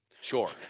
Sure